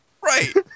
Right